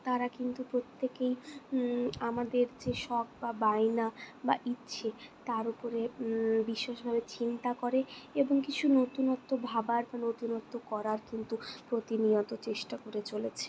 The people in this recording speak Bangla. তারা কিন্তু প্রত্যেকেই আমাদের যে শখ বা বায়না বা ইচ্ছে তার ওপরে বিশেষভাবে চিন্তা করে এবং কিছু নতুনত্ব ভাবার নতুনত্ব করার কিন্তু প্রতিনিয়ত চেষ্টা করে চলেছে